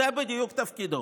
זה בדיוק תפקידו.